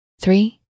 three